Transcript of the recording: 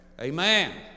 Amen